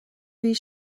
bhí